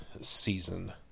season